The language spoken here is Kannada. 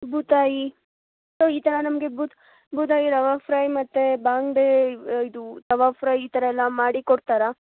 ಬೂತಾಯಿ ಸೊ ಈ ಥರ ನಮಗೆ ಬೂತಾಯಿ ರವೆ ಫ್ರೈ ಮತ್ತು ಬಂಗ್ಡೆ ಇದು ರವೆ ಫ್ರೈ ಈ ಥರ ಎಲ್ಲ ಮಾಡಿ ಕೊಡ್ತಾರಾ